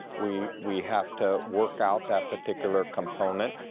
we we have to work out that particular component.